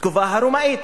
התקופה הרומאית.